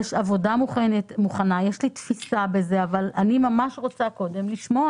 יש עבודה מוכנה ויש לי תפיסה לגבי זה אבל אני ממש רוצה קודם לשמוע